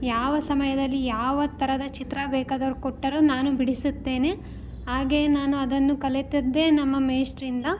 ಯಾವ ಸಮಯದಲ್ಲಿ ಯಾವ ಥರದ ಚಿತ್ರ ಬೇಕಾದರು ಕೊಟ್ಟರು ನಾನು ಬಿಡಿಸುತ್ತೇನೆ ಹಾಗೆಯೇ ನಾನು ಅದನ್ನು ಕಲಿತದ್ದೇ ನಮ್ಮ ಮೇಷ್ಟ್ರಿಂದ